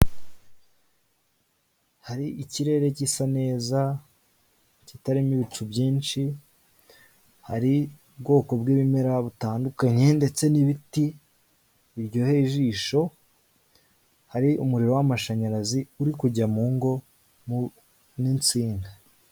Hari ikirere gisa neza kitarimo ibicu byinshi, hari ubwoko bw'ibimera butandukanye ndetse n'ibiti biryoheye ijisho, hari umuriro w'amashanyarazi uri kujya mu ngo n'insinga.